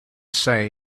say